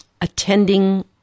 attending